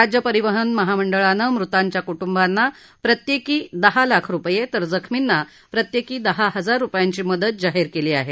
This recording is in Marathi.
राज्य परिवहन महामंडळानं मृतांच्या कुटुंबांना प्रत्येकी दहा लाख रुपये तर जखर्मींना प्रत्येकी दहा हजार रुपयांची मदत जाहीर केली आहे